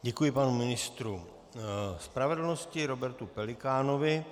Děkuji panu ministru spravedlnosti Robertu Pelikánovi.